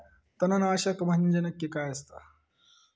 तणनाशक म्हंजे नक्की काय असता?